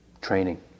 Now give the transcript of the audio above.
training